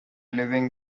living